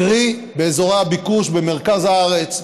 קרי באזורי הביקוש במרכז הארץ,